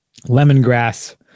Lemongrass